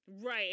Right